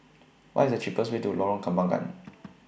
What IS The cheapest Way to Lorong Kembangan